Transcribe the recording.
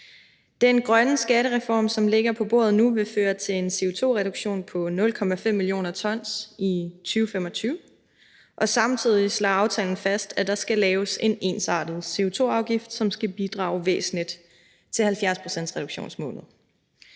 Den grønne skattereform, som ligger på bordet nu, vil føre til en CO2-reduktion på 0,5 mio. t i 2025, og samtidig slår aftalen fast, at der skal laves en ensartet CO2-afgift, som skal bidrage væsentligt til 70-procentsreduktionsmålet.